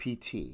PT